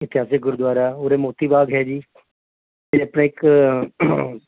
ਇਤਿਹਾਸਿਕ ਗੁਰਦੁਆਰਾ ਉਰੇ ਮੋਤੀ ਬਾਗ ਹੈ ਜੀ ਅਤੇ ਆਪਣਾ ਇੱਕ